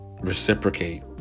reciprocate